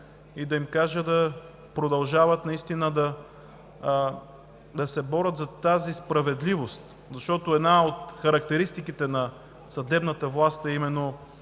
за да им кажа да продължават наистина да се борят за тази справедливост, защото една от характеристиките на съдебната власт е именно